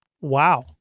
Wow